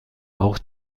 auch